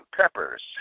Peppers